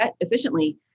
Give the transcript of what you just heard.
efficiently